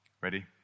Ready